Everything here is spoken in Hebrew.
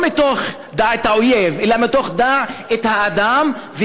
לא מתוך דע את האויב אלא מתוך דע את האדם,